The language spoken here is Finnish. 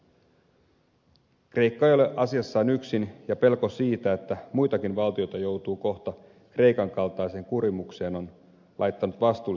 kreikka ei ole asiassaan yksin ja pelko siitä että muitakin valioita joutuu kohta kreikan kaltaiseen kurimukseen on laittanut vastuulliset valtiot nyt liikkeelle